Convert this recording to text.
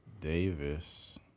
Davis